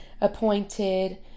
appointed